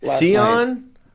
Sion